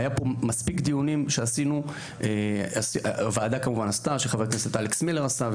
היו פה מספיק דיונים שהוועדה עשתה וחבר הכנסת אלכס מילר עשה.